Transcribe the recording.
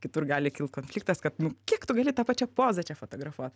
kitur gali kilt konfliktas kad nu kiek tu gali tą pačią pozą čia fotografuot